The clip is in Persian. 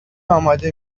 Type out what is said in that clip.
آماده